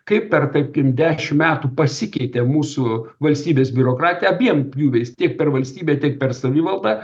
kaip per tarkim dešim metų pasikeitė mūsų valstybės biurokratija abiem pjūviais tiek per valstybę tiek per savivaldą